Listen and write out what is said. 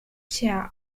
chair